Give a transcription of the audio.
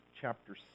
chapter